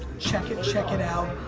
check it. check it out.